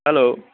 hello